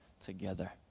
together